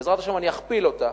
בעזרת השם אני אכפיל אותה,